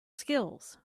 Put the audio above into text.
skills